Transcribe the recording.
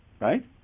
Right